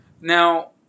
now